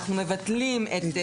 אנחנו מבטלים את תקנות משנה (א) ו-(ב).